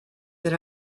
that